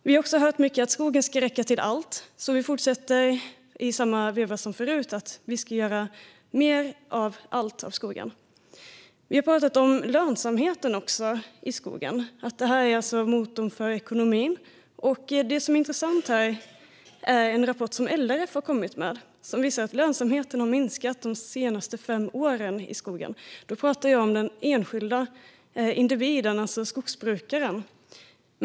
Vi har också hört mycket om att skogen ska räcka till allt. Alltså fortsätter vi i samma stil som förut, det vill säga att vi ska göra mer av allt av skogen. Vi har också talat om lönsamheten i skogen och om att den är motorn för ekonomin. Det som är intressant här är en rapport som LRF har kommit med som visar att lönsamheten i skogen har minskat de senaste fem åren. Då talar jag om den enskilda individen, alltså skogsbrukaren.